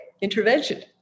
intervention